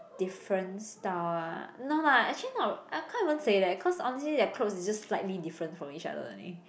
different style ah no lah actually not I can't even say that cause honestly their clothes is just slightly different from each other only